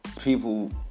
People